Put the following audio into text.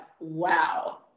wow